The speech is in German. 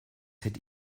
hätte